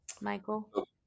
Michael